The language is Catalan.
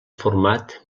format